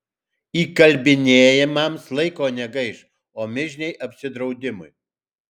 įkalbinėjimams laiko negaiš o mižniai apsidraudimui